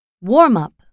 Warm-up